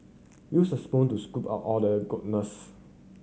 use a spoon to scoop out all the goodness